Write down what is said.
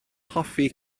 hoffi